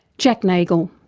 jack nagle.